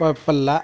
കുഴപ്പമില്ല